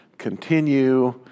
continue